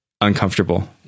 uncomfortable